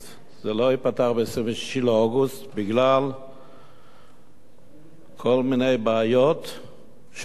זה לא ייפתח ב-26 באוגוסט בגלל כל מיני בעיות שהתעוררו,